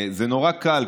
זה נורא קל,